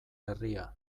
herria